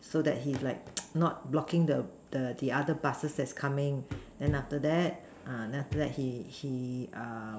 so that he's like not blocking the the the other buses that is coming then after that then after that he he